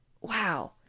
wow